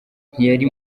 ntiyari